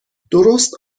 درست